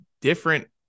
different